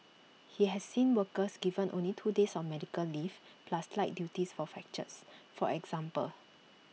he has seen workers given only two days of medical leave plus light duties for fractures for example